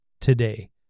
today